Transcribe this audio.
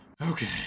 Okay